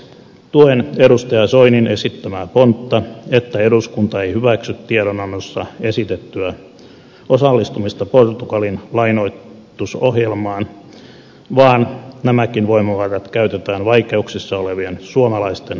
tuen edustaja soinin esittämää pontta että eduskunta ei hyväksy tiedonannossa esitettyä osallistumista portugalin lainoitusohjelmaan vaan nämäkin voimavarat käytetään vaikeuksissa olevien suomalaisten